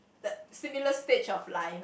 that similar stage of life ah